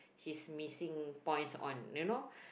she is missing points on you know